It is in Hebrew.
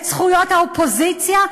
את זכויות האופוזיציה,